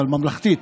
אבל ממלכתית,